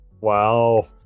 Wow